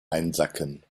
einsacken